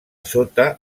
sota